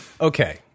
Okay